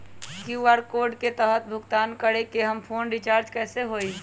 QR code के तहद भुगतान करके हम फोन रिचार्ज कैसे होई?